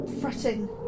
fretting